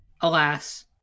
alas